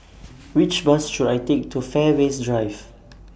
Which Bus should I Take to Fairways Drive